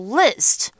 list